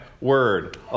word